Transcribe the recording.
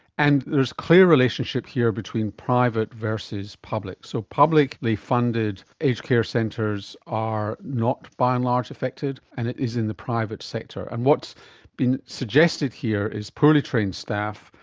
and there is clear relationship here between private versus public, so publicly funded aged care centres are not by and large affected and it is in the private sector, and what has been suggested here is poorly trained staff,